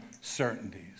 certainties